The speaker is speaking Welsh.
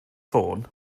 ffôn